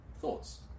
thoughts